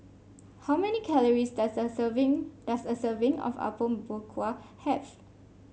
how many calories does a serving does a serving of Apom Berkuah have